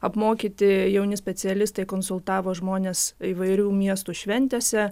apmokyti jauni specialistai konsultavo žmones įvairių miestų šventėse